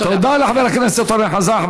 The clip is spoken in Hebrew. תודה לחבר הכנסת אורן חזן.